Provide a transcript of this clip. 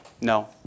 No